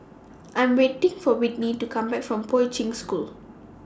I Am waiting For Whitney to Come Back from Poi Ching School